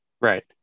Right